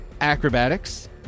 acrobatics